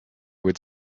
would